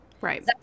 right